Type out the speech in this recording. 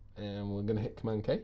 and we're going to hit command-k.